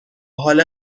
حال